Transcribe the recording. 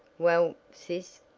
well, sis,